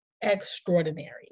extraordinary